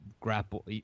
grapple